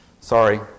Sorry